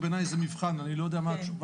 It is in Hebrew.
בעיניי זה מבחן, אני לא יודע מה התשובה.